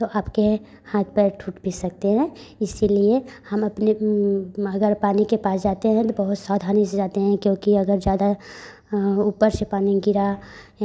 तो आपके हाथ पैर टूट भी सकते हैं इसीलिए हम अपने मह घर पानी के पास जाते हैं पहले सावधानी से जाते हैं क्योंकि अगर ज़्यादा ऊपर से पानी गिरा